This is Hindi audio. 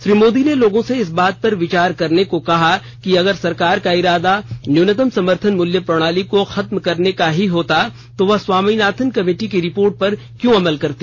श्री मोदी ने लोगों से इस बात पर विचार करने को कहा कि अगर सरकार का इरादा न्यूनतम समर्थन मूल्य प्रणाली को खत्म करने का ही होता तो वह स्वामीनाथन कमेटी की रिपोर्ट पर क्यों अमल करती